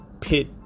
pit